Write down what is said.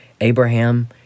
Abraham